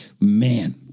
Man